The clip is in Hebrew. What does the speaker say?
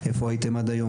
איפה הייתם עד היום,